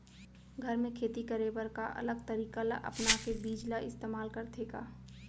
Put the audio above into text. घर मे खेती करे बर का अलग तरीका ला अपना के बीज ला इस्तेमाल करथें का?